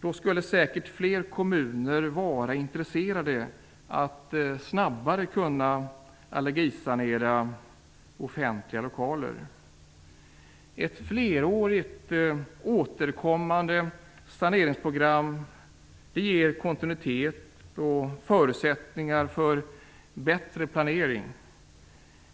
Då skulle säkert fler kommuner vara intresserade av att snabbare kunna allergisanera offentliga lokaler. Ett flerårigt återkommande saneringsprogram ger kontinuitet och förutsättningar för bättre planering.